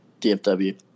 DFW